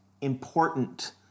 important